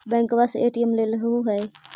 बैंकवा से ए.टी.एम लेलहो है?